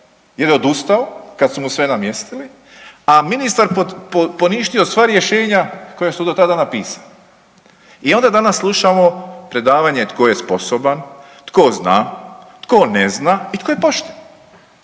jer je odustao kad su mu sve namjestili, a ministar poništio sva rješenja koja su do tada napisana. I onda danas slušamo predavanje tko je sposoban, tko zna, tko ne zna i tko je pošten.